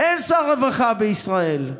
אין שר רווחה בישראל,